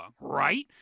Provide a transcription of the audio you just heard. right